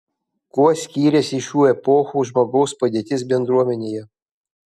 kuo skyrėsi šių epochų žmogaus padėtis bendruomenėje